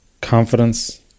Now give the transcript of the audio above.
Confidence